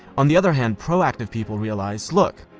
on the other hand, proactive people realize, look,